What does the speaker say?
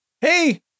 hey